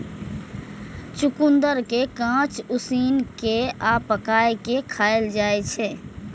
चुकंदर कें कांच, उसिन कें आ पकाय कें खाएल जाइ छै